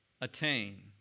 attain